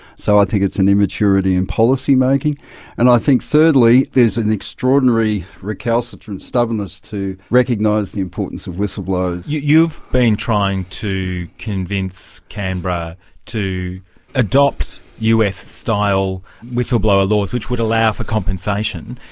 so i think it's an immaturity in policy-making and i think thirdly there's an extraordinary recalcitrant stubbornness to recognise the importance of whistleblowers. you've been trying to convince canberra to adopt us-style whistleblower laws, which would allow for compensation.